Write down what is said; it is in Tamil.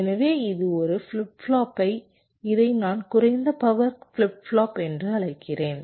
எனவே இது ஒரு ஃபிளிப் ஃப்ளாப் இதை நான் குறைந்த பவர் ஃபிளிப் ஃப்ளாப் என்று அழைக்கிறேன்